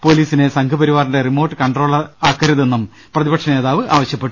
പോലീ സിനെ സംഘ്പരിവാറിന്റെ റിമോട്ട് കൺട്രോളറാക്കരുതെന്നും പ്രതി പക്ഷ നേതാവ് ആവശ്യപ്പെട്ടു